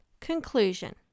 Conclusion